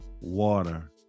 water